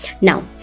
Now